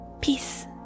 Peace